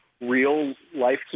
real-life